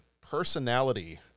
personality